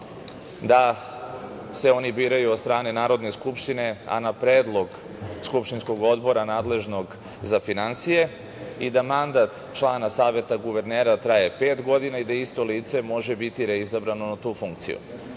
da se oni biraju od strane Narodne skupštine, a na predlog skupštinskog odbora nadležnog za finansije i da mandat člana Saveta guvernera traje pet godina i da isto lice može biti reizabrano na tu funkciju. Obzirom